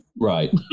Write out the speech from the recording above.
Right